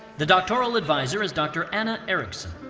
the doctoral advisor is dr. anna erickson.